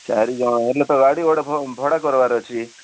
ଚାରି ଜଣ ଗାଡ଼ି ଭଡ଼ା ଭଡ଼ା କର୍ବାର୍ ଅଛି